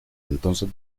entonces